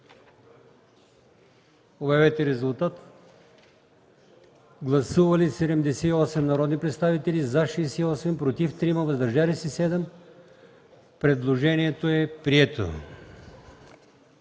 на гласуване. Гласували 78 народни представители: за 68, против 3, въздържали се 7. Предложението е прието.